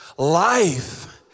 Life